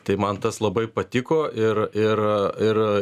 tai man tas labai patiko ir ir